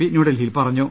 P ന്യൂഡൽഹിയിൽ പറഞ്ഞു